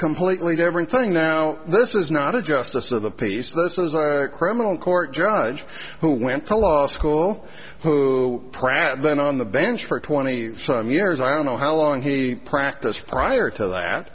completely different thing now this is not a justice of the peace versus our criminal court judge who went to law school who pratt then on the bench for twenty some years i don't know how long he practiced prior to that